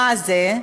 מה זה?